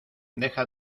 deja